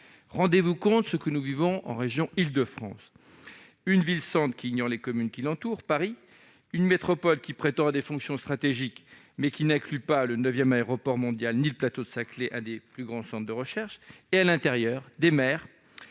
mes chers collègues, de ce que nous vivons en région Île-de-France : une ville-centre, Paris, ignorant les communes qui l'entourent ; une métropole qui prétend à des fonctions stratégiques, mais qui n'inclut pas le neuvième aéroport mondial, ni le plateau de Saclay, un des plus grands centres de recherche au monde ; à l'intérieur, des maires